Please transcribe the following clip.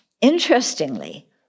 Interestingly